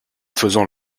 faisant